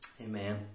Amen